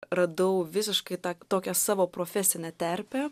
radau visiškai tą tokią savo profesinę terpę